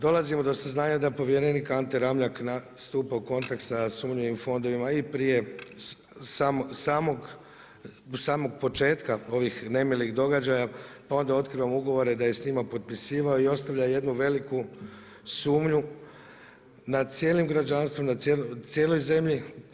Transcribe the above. Dolazimo do saznanja da povjerenik Ante Ramljak stupa u kontakt sa sumnjivim fondovima i prije samog početka ovih nemilih događaja, pa onda otkrivamo ugovore da je s njima potpisivao i ostavlja jednu veliku sumnju nad cijelim građanstvom, na cijeloj zemlji.